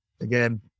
again